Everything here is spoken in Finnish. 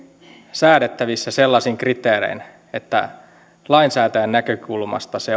säädettävissä sellaisin kriteerein että lainsäätäjän näkökulmasta se